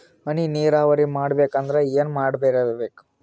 ಈ ಹನಿ ನೀರಾವರಿ ಮಾಡಬೇಕು ಅಂದ್ರ ಏನ್ ಮಾಡಿರಬೇಕು?